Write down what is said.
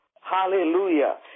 hallelujah